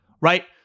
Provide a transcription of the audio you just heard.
right